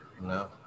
No